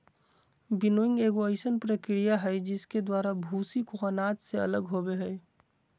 winnowing एगो अइसन प्रक्रिया हइ जिसके द्वारा भूसी को अनाज से अलग होबो हइ